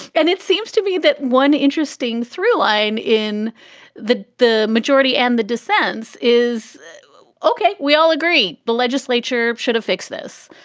and it seems to me that one interesting three line in the the majority and the dissents is ok. we all agree the legislature should have fixed this.